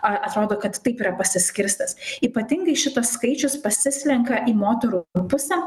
a atrodo kad taip yra pasiskirstęs ypatingai šitas skaičius pasislenka į moterų pusę